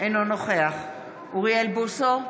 אינו נוכח אוריאל בוסו,